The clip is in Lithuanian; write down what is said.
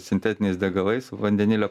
sintetiniais degalais vandenilio